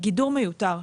גידור מיותר.